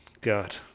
God